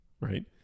right